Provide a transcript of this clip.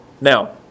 Now